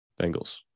Bengals